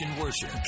Worship